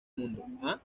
mundo